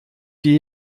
die